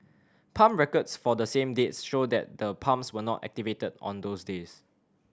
pump records for the same dates show that the pumps were not activated on those days